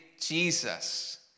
Jesus